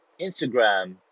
Instagram